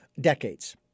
decades